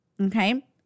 okay